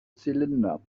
zylinder